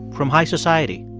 from high society.